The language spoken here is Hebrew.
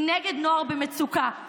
היא נגד נוער במצוקה.